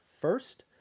first